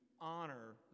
honor